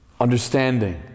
understanding